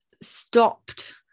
stopped